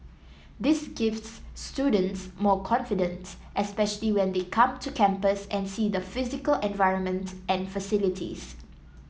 this gives students more confidence especially when they come to campus and see the physical environment and facilities